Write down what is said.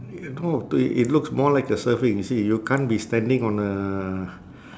no to i~ it looks more like a surfing you see you can't be standing on a